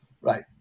Right